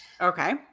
okay